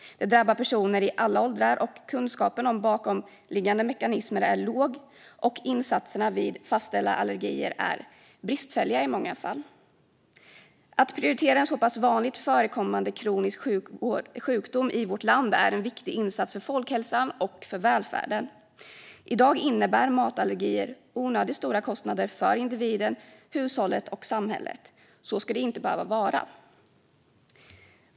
Det drabbar personer i alla åldrar. Kunskapen om bakomliggande mekanismer är låg, och insatserna vid fastställda allergier är i många fall bristfälliga. Att prioritera en så pass vanligt förekommande kronisk sjukdom i vårt land är en viktig insats för folkhälsan och välfärden. I dag innebär matallergier onödigt stora kostnader för individen, hushållet och samhället. Så ska det inte behöva vara.